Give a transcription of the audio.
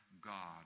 God